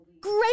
great